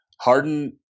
Harden